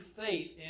faith